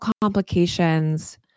complications